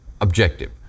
objective